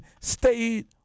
stayed